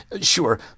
Sure